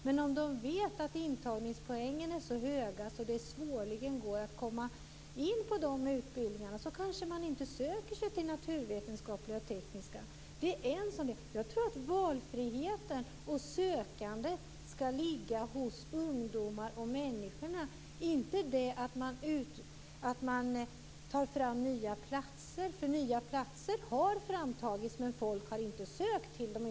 Men om de vet att antagningspoängen är så hög att det svårligen går att komma in på de utbildningarna kanske de inte söker sig till naturvetenskapliga och tekniska utbildningar. Jag tror att valfriheten och sökandet skall ligga hos ungdomarna, hos människorna själva. Det hjälper inte att ta fram nya platser; det har man gjort, men folk har inte sökt dem.